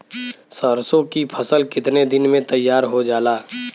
सरसों की फसल कितने दिन में तैयार हो जाला?